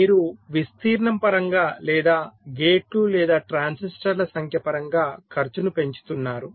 మీరు విస్తీర్ణం పరంగా లేదా గేట్లు లేదా ట్రాన్సిస్టర్ల సంఖ్య పరంగా ఖర్చును పెంచుతున్నారు